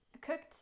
cooked